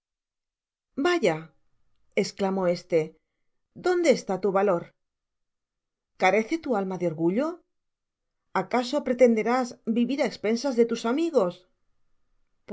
vaya esclamó éste dónde está tu valor carece tu alma de orgullo acaso pretenderás vivirá espensas de tus amigos